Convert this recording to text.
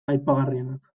aipagarrienak